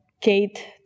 Kate